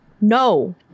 No